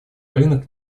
рынок